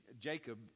Jacob